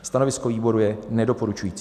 Stanovisko výboru je nedoporučující.